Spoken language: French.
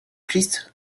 christ